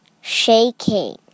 shaking